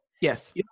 Yes